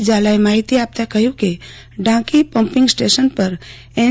ઝાલાએ માહિતી આપતાં કહ્યું કે ઢાંકી પમ્પીંગ સ્ટેશન પર એન